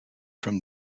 from